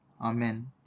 Amen